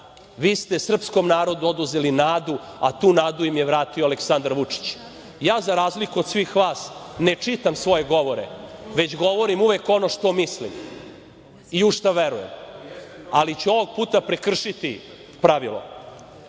Vi ste srpskom narodu oduzeli nadu, a tu nadu im je vratio Aleksandar Vučić. Ja za razliku od svih vas ne čitam svoje govore, već govorim uvek ono što mislim i u šta verujem, ali ću ovog puta prekršiti pravilo,